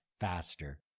faster